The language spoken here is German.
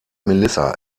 melissa